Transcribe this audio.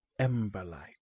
Emberlight